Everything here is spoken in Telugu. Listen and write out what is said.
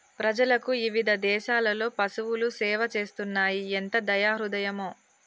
ప్రజలకు ఇవిధ దేసాలలో పసువులు సేవ చేస్తున్నాయి ఎంత దయా హృదయమో